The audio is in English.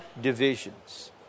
divisions